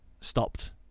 stopped